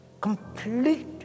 complete